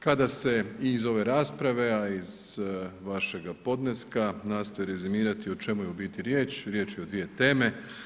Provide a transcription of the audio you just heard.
Kada se i iz ove rasprave, a i iz vašega podneska nastoji rezimirati o čemu je u biti riječ, riječ je o dvije teme.